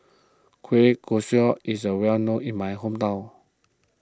Kueh Kosui is a well known in my hometown